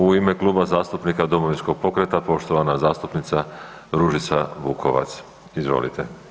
U ime Kluba zastupnika Domovinskog pokreta poštovana zastupnica Ružica Vukovac, izvolite.